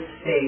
state